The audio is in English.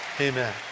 Amen